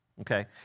Okay